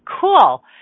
cool